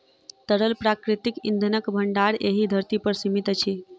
तरल प्राकृतिक इंधनक भंडार एहि धरती पर सीमित अछि